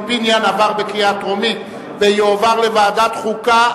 לדיון מוקדם בוועדת החוקה,